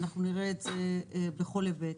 אנחנו נראה את זה בכל היבט.